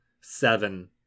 seven